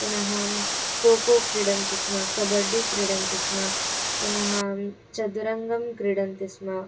पुनः अहं कोको क्रीडन्ति स्म कबड्डि क्रीडन्ति स्म पुनः हां चतुरङ्गं क्रीडन्ति स्म